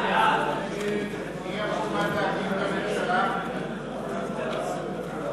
רע"ם-תע"ל-מד"ע חד"ש בל"ד להביע אי-אמון בממשלה לא נתקבלה.